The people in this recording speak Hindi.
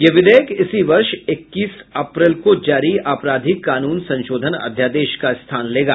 यह विधेयक इसी वर्ष इक्कीस अप्रैल को जारी आपराधिक कानून संशोधन अध्यादेश का स्थान लेगा